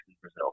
Brazil